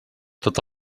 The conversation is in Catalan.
tot